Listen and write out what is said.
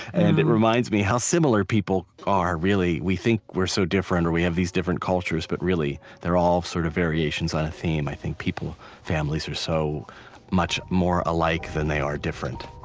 and it reminds me how similar people are, really. we think we're so different, or we have these different cultures but really, they're all sort of variations on a theme. i think people, families, are so much more alike than they are different